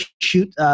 shoot